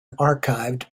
archived